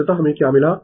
अंतत हमें क्या मिला